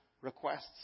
requests